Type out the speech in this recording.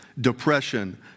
depression